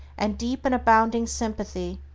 and deep and abounding sympathy,